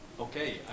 Okay